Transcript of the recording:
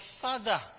father